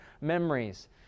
memories